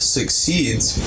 Succeeds